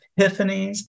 epiphanies